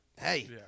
Hey